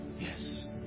yes